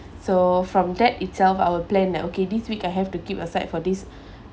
so from that itself I will plan like okay this week I have to keep aside for this